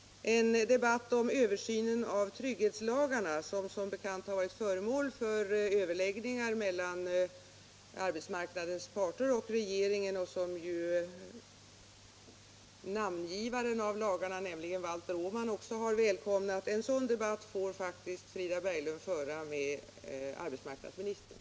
En debatt om översynen av trygghetslagarna, vilka som bekant har varit föremål för överläggningar mellan arbetsmarknadens parter och regeringen och som även namngivaren Valter Åman har välkomnat, får faktiskt Frida Berglund föra med arbetsmarknadsministern.